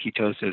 ketosis